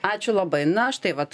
ačiū labai na štai vat